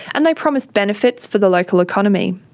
and they promised benefits for the local economy.